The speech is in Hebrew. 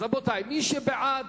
מי שבעד,